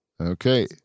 Okay